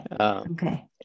Okay